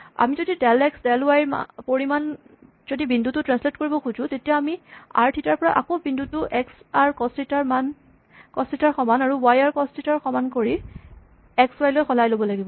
আমি যদি delta x delta y পৰিমাণ যদি বিন্দুটো ট্ৰেন্সলেট কৰিব খোজো তেতিয়া আমি আৰ থিতা ৰ পৰা আকৌ বিন্দুটো এক্স আৰ কছ থিতা ৰ সমান আৰু ৱাই আৰ ছাইন থিতা ৰ সমান কৰি এক্স ৱাই লৈ সলাব লাগিব